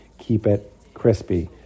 KEEPITCRISPY